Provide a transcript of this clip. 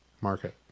Market